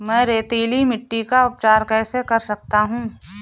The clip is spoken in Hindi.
मैं रेतीली मिट्टी का उपचार कैसे कर सकता हूँ?